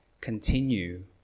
continue